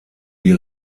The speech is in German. die